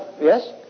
yes